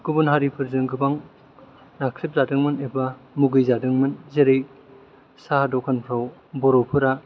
गुबुन हारिफोरजों गोबां नाख्रेबजादोंमोन एबा मुगैजादोंमोन जेरै साहा दखानफ्राव बर'फोरा